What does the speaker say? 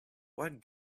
what